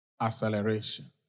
Acceleration